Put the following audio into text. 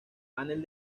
panel